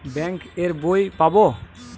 Bank এর বই পাবো?